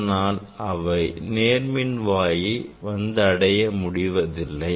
அதனால் அவை நேர்மின்வாயை வந்தடைய முடிவதில்லை